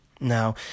Now